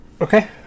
Okay